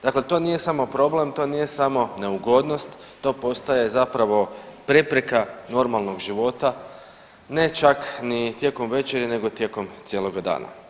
Dakle to nije samo problem, to nije samo neugodnost, to postaje zapravo prepreka normalnog života, ne čak ni tijekom večeri nego tijekom cijeloga dana.